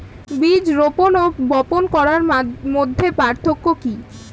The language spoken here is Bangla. বীজ রোপন ও বপন করার মধ্যে পার্থক্য কি?